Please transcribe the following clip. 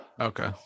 Okay